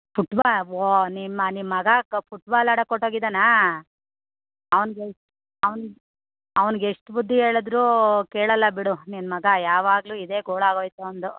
football ಓಹ್ ನಿಮ್ಮ ನಿಮ್ಮ ಮಗ ಕ ಪುಟ್ಬಾಲ್ ಆಡಕ್ಕೆ ಹೊರ್ಟೋಗಿದಾನಾ ಅವ್ನಿಗೆ ಅವ್ನ ಅವ್ನ್ಗೆ ಎಷ್ಟು ಬುದ್ದಿ ಹೇಳದ್ರೂ ಕೇಳೋಲ್ಲ ಬಿಡು ನಿನ್ನ ಮಗ ಯಾವಾಗಲೂ ಇದೆ ಗೋಳಾಗೋಯ್ತು ಅವನದು